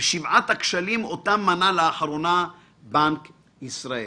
בשבעת הכשלים אותם מנה לאחרונה בנק ישראל.